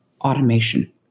automation